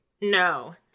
No